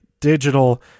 digital